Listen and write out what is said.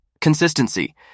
Consistency